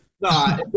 No